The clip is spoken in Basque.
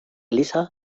eliza